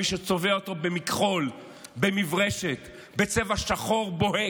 מי שצובע אותה במכחול, במברשת, בצבע שחור בוהק,